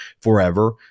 forever